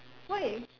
why